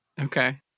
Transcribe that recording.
Okay